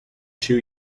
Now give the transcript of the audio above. two